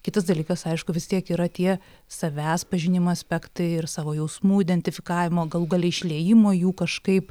kitas dalykas aišku vis tiek yra tie savęs pažinimo aspektai ir savo jausmų identifikavimo galų gale išliejimo jų kažkaip